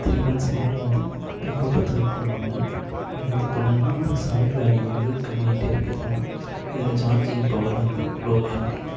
three மந்த்ஸுக்கு முன்னடி வந்து ஒரு புது ப்ளூடூத் ஹெட்ஃபோன் வாங்கினன் அது வந்து இப்போ என்னன்னா அது சவுண்ட் வால்யூம் வந்து கம்மியாகிட்டே இருக்குது தெனம் இதில் சார்ஜிங் பவர் வந்து லோவாக இருக்குது